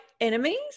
enemies